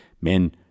men